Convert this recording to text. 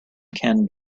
can